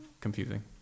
confusing